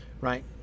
right